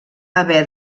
haver